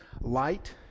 Light